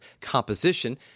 composition